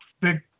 big